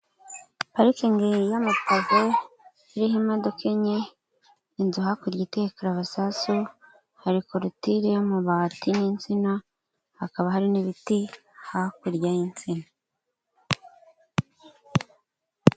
Parikingi y'amapa iriho imodoka enye, inzu hakurya iteye karabasasa, hari korutire y'amabati n'insina hakaba hari n'ibiti hakurya y'insina.